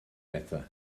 bethau